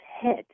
head